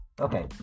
Okay